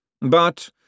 But